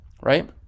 right